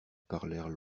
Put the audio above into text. parlèrent